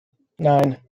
nine